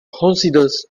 considers